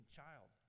child